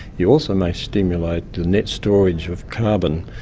you also may stimulate the net storage with carbon,